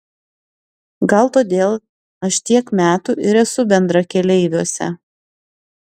gal todėl aš tiek metų ir esu bendrakeleiviuose